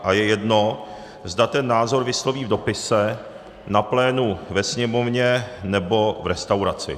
A je jedno, zda ten názor vysloví v dopise, na plénu ve Sněmovně, nebo v restauraci.